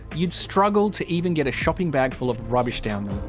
you'd struggle to even get a shopping bag full of rubbish down them.